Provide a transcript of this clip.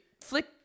flick